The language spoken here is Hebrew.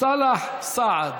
סאלח סעד.